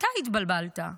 אתה התבלבלת.